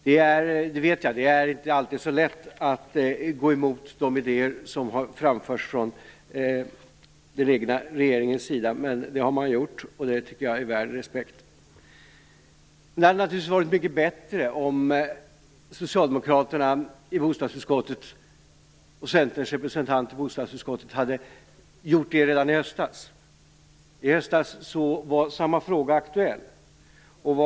Jag vet att det inte alltid är så lätt att gå emot de idéer som har framförts från den egna regeringens sida. Men det har man gjort, vilket jag tycker är värt respekt. Det hade naturligtvis varit mycket bättre om socialdemokraternas och centerns representanter i bostadsutskottet hade gjort detta redan i höstas. I höstas var samma fråga aktuell.